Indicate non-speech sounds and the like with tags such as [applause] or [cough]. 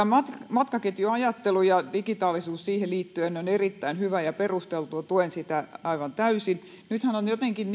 matkaketjuajattelu ja digitaalisuus siihen liittyen ovat erittäin hyviä ja perusteltuja tuen niitä aivan täysin nythän on kuitenkin jotenkin [unintelligible]